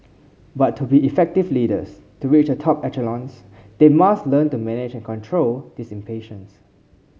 but to be effective leaders to reach a top echelons they must learn to manage control this impatience